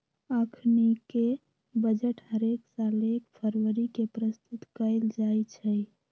अखनीके बजट हरेक साल एक फरवरी के प्रस्तुत कएल जाइ छइ